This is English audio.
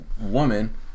woman